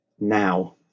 now